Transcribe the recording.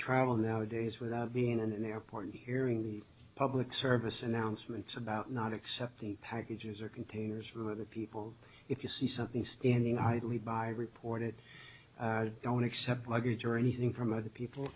travel now a days without being in an airport and hearing the public service announcements about not accepting packages or containers from other people if you see something standing idly by reported don't accept luggage or anything from other people